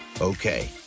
Okay